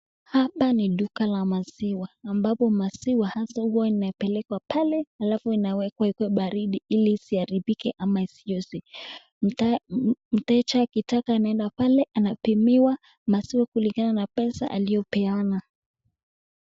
Hapa ni duka la maziwa ambapo maziwa hasa huwa inapelekwa pale, halafu inawekwa iwe baridi ili isiharibike ama isiozee. Mteja akitaka anaenda pale anapimiwa maziwa kulingana na pesa aliyopeana.